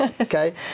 Okay